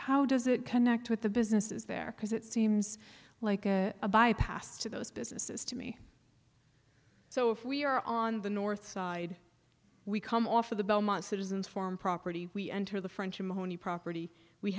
how does it connect with the businesses there because it seems like a bypass to those businesses to me so if we are on the north side we come off of the belmont citizens farm property we enter the french mony property we